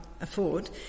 afford